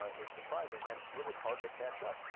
ah is surprising. and it's really hard to catch up.